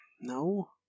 No